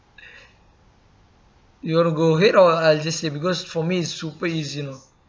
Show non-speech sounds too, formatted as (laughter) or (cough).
(breath) you want to go ahead or I'll just say because for me it's super easy lor